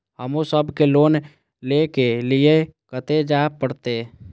हमू सब के लोन ले के लीऐ कते जा परतें?